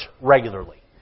regularly